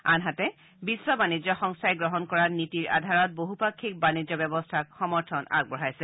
আনহাতে বিশ্ব বাণিজ্য সংস্থাই গ্ৰহণ কৰা নীতি আধাৰত বহুপাক্ষিক বাণিজ্য ব্যৱস্থাক সমৰ্থন আগবঢ়াইছে